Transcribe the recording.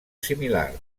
similar